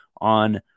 on